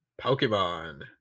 Pokemon